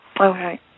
Okay